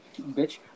Bitch